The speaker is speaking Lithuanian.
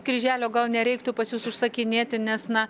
kryželio gal nereiktų pas jus užsakinėti nes na